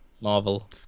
Marvel